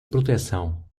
proteção